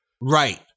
Right